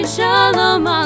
Shalom